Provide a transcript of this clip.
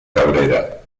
cabrera